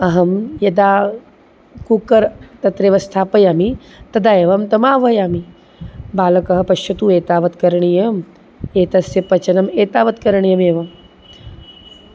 अहं यदा कुक्कर् तत्रैव स्थापयामि तदा एवं तमाह्वयामि बालक पश्यतु एतावत् करणीयम् एतस्य पचनम् एतावत् करणीयमेव